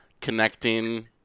connecting